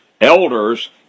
Elders